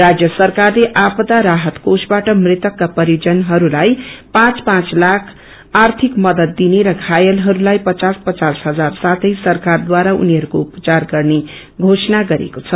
राज्य सरकारले आपवा राहत क्षेषबाट मृतकका परिजनहस्ताई पाँच पाँच ताख आर्थिक मदत दिने र घयालहस्लाई पचास पचास हजार साथै सरकारद्वासरा उनिहस्को उचार गत्ने घोषणा गरेको छ